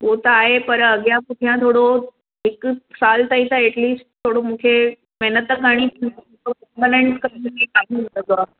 उहो त आहे पर अॻियां पुठियां थोरो हिकु साल ताईं त एटलीस्ट थोरो मूंखे महिनत करिणी पवंदी बि मिलंदो आहे